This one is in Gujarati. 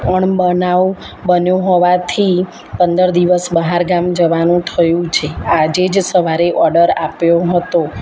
અણબનાવ બન્યો હોવાથી પંદર દિવસ બહાર ગામ જવાનું થયું છે આજે જ સવારે ઓડર આપ્યો હતો